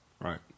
Right